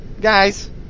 Guys